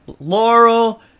Laurel